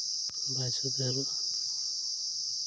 ᱵᱟᱭ ᱥᱩᱫᱷᱟᱹᱨᱚᱜᱼᱟ